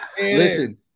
Listen